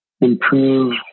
improve